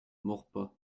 maurepas